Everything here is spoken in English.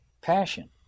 passion